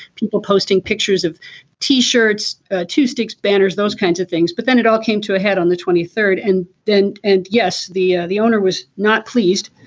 people posting pictures of t shirts to sticks banners those kinds of things but then it all came to a head on the twenty third and then. and yes the the owner was not pleased.